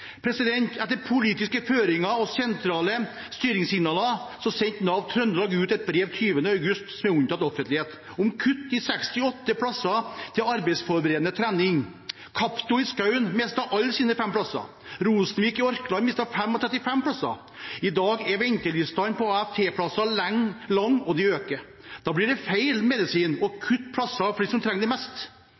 Etter politiske føringer og sentrale styringssignaler sendte Nav Trøndelag 20. august ut et brev, som er unntatt offentlighet, om kutt i 68 plasser til Arbeidsforberedende trening. Kapto Skaun mistet alle sine fem plasser, Rosenvik i Orkland mistet 35 plasser. I dag er ventelistene på AFT-plasser lang, og de blir lengre. Da blir det feil medisin å kutte plasser for dem som trenger det mest.